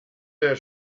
herr